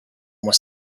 was